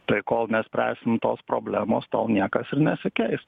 tai kol nespręsim tos problemos tol niekas ir nesikeis